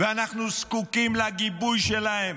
אנחנו זקוקים לגיבוי שלהם